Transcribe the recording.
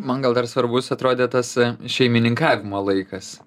man gal dar svarbus atrodė tas šeimininkavimo laikas